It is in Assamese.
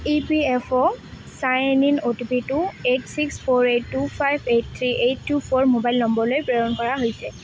E P F O sign in O T P to eight six four eight two five eight three eight two four mobile নম্বৰলৈ প্ৰেৰণ কৰা হৈছে